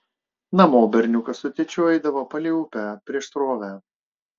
namo berniukas su tėčiu eidavo palei upę prieš srovę